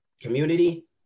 community